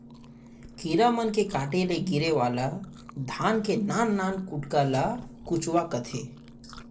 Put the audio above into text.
कीरा मन के काटे ले गिरे वाला धान के नान नान कुटका ल कुचवा कथें